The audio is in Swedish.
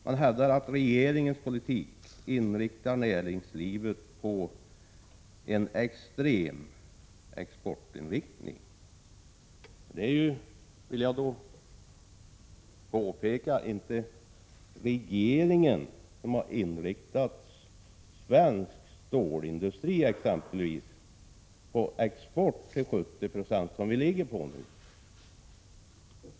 Man hävdar att regeringens politik avser att anpassa näringslivet till en extrem exportinriktning. Men då vill jag påpeka att det inte är regeringen som har inriktat exempelvis svensk stålindustri på export till 70 90 — alltså dagens nivå.